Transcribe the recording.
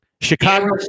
Chicago